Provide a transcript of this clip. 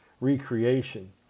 recreation